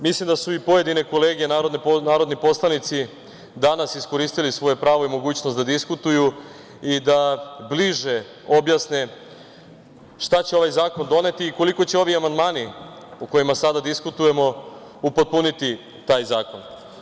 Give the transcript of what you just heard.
Mislim da su i pojedine kolege narodni poslanici danas iskoristili svoje pravo i mogućnost da diskutuju i da bliže objasne šta će ovaj zakon doneti i koliko će ovi amandmani o kojima sada diskutujemo upotpuniti taj zakon.